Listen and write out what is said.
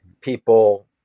people